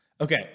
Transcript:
Okay